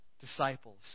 disciples